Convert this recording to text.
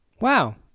Wow